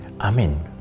Amen